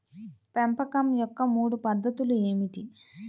పెంపకం యొక్క మూడు పద్ధతులు ఏమిటీ?